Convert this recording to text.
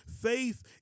faith